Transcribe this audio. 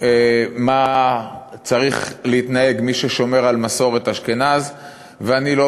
איך צריך להתנהג מי ששומר על מסורת אשכנז ואני לא